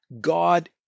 God